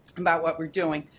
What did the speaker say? about what we're doing.